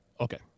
Okay